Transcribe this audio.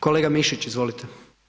Kolega Mišić, izvolite.